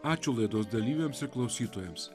ačiū laidos dalyviams ir klausytojams